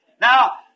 Now